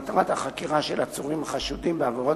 מטרת החקירה של עצורים החשודים בעבירות